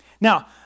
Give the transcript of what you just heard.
Now